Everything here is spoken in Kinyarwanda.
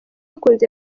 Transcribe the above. akunze